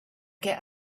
get